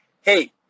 hey